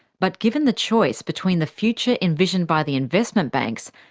but given the choice between the future envisioned by the investment banks,